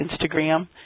Instagram